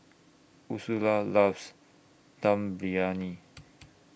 Ursula loves Dum Briyani